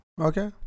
Okay